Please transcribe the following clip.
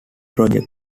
project